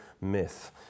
myth